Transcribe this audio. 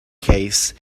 case